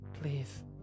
Please